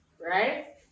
Right